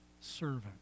servant